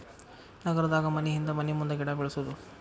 ನಗರದಾಗ ಮನಿಹಿಂದ ಮನಿಮುಂದ ಗಿಡಾ ಬೆಳ್ಸುದು